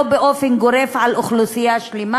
לא באופן גורף על אוכלוסייה שלמה.